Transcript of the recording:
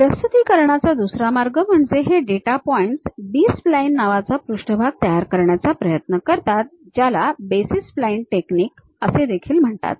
प्रस्तुतीकरणाचा दुसरा मार्ग म्हणजे हे डेटा पॉइंट्स B splines नावाचा पृष्ठभाग तयार करण्याचा प्रयत्न करतात ज्याला बेसिस स्प्लाइन्स टेक्निक असे देखील म्हणतात